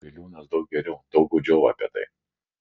biliūnas daug geriau daug gūdžiau apie tai